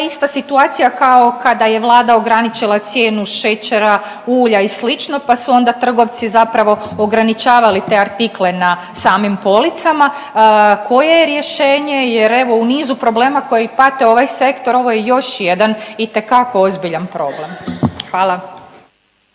ista situacija kao kada je Vlada ograničila cijenu šećera, ulja i slično, pa su onda trgovci zapravo ograničavali te artikle na samim policama. Koje je rješenje, jer evo u nizu problema koji prate ovaj sektor ovo je još jedan itekako ozbiljan problem. Hvala.